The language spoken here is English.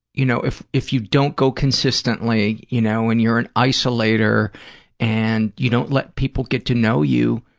you know, if if you don't go consistently, you know, and you're an isolator and you don't let people get to know you,